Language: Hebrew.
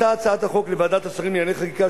עלתה הצעת החוק לוועדת השרים לענייני חקיקה,